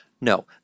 No